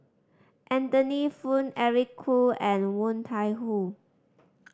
Anthony Poon Eric Khoo and Woon Tai Ho